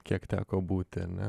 kiek teko būti ane